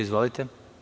Izvolite.